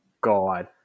god